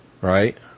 right